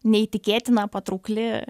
neįtikėtina patraukli